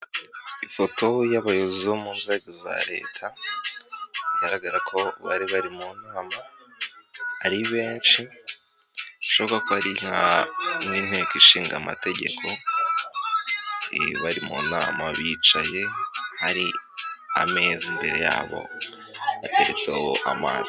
Ifoto y'abayobozi bo mu nzego za leta bigaragara ko bari bari mu nama ari benshi bishoboka ko hari mu nteko ishinga amategeko, bari mu nama bicaye hari ameza imbere yabo bateretseho amazi.